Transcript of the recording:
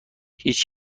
هیچ